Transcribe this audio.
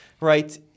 right